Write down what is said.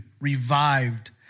revived